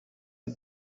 the